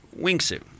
wingsuit